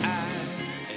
eyes